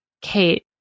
Kate